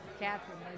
Catherine